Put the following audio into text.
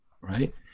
right